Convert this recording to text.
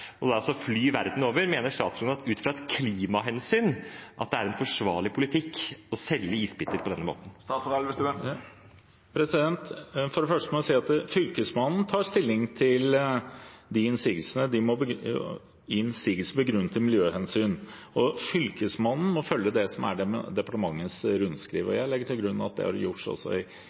og fly det verden over? Mener statsråden at det ut fra et klimahensyn er forsvarlig politikk å selge isbiter på denne måten? For det første må jeg si at Fylkesmannen tar stilling til innsigelser begrunnet i miljøhensyn. Fylkesmannen må følge det som er departementets rundskriv, og jeg legger til grunn at det har de gjort